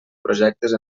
projectes